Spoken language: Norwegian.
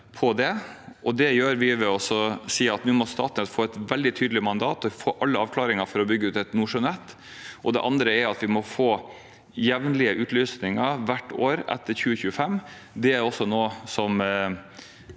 Det gjør vi ved å si at nå må Statnett få et veldig tydelig mandat, få alle avklaringer for å bygge ut et nordsjønett. Det andre er at vi må få jevnlige utlysninger hvert år etter 2025. Det er også noe som